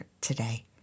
today